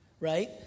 right